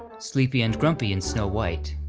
sleepy and grumpy in snow white,